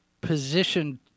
position